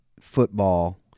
football